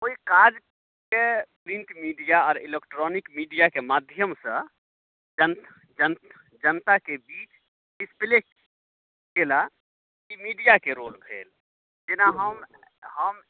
ओहि काजके print media आओर इलेक्ट्रॉनिक मीडियाके माध्यमसँ जन जन जनताके बीच डिसप्ले कयला ई मीडियाके रोल भेल जेना हम हम